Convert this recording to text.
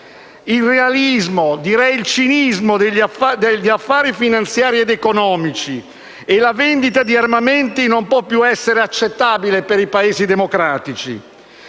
Il realismo, direi il cinismo degli affari finanziari ed economici e la vendita di armamenti non può più essere accettabile per i Paesi democratici